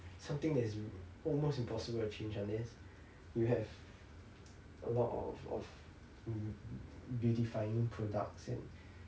something that is almost impossible to change unless you have a lot of of mm beautifying products and